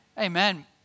amen